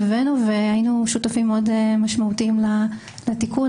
הבאנו והיינו שותפים משמעותיים מאוד לתיקון.